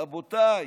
רבותיי,